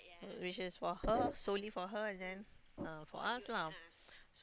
which is for her solely for her and then uh for us lah